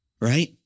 right